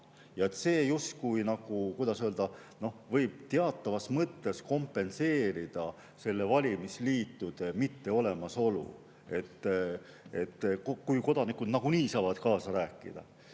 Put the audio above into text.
See justkui, kuidas öelda, võib teatavas mõttes kompenseerida selle valimisliitude mitteolemasolu, kui kodanikud saavad nagunii kaasa rääkida.